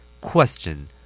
Question